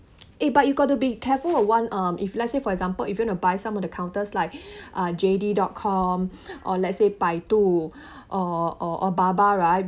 eh but you got to be careful of one um if let's say for example if you wanna buy some of the counters like err J_D dot com or let's say baidu or or baba right